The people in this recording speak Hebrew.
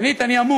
שנית, אני המום.